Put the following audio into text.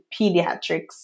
pediatrics